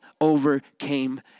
overcame